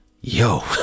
yo